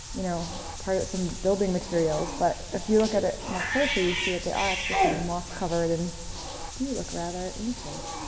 you know, part of some building materials. but if you look at it more closely, you see that they are actually kind of moss-covered and do look rather ancient